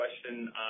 question